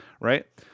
Right